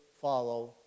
follow